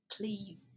please